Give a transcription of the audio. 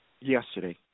yesterday